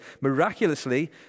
Miraculously